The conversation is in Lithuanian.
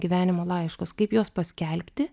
gyvenimo laiškus kaip juos paskelbti